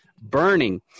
burning